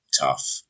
tough